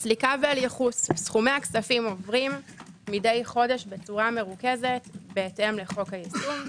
סכומי הכספים עוברים מדי חודש בצורה מרוכזת בהתאם לחוק היישום.